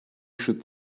should